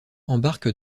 embarque